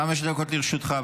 חמש דקות לרשותך.